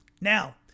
Now